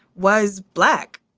was black